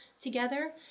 together